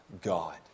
God